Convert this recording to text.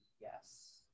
Yes